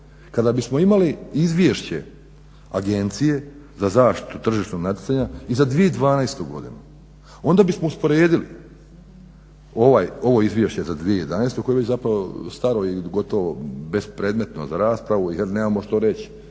kada bismo imali izvješće Agencije za zaštitu tržišnog natjecanja i za 2012. godinu. Onda bismo usporedili ovo izvješće za 2011. koje je već zapravo staro i gotovo bespredmetno za raspravu jer nemamo što reći,